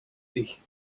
ich